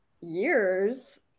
years